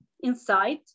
inside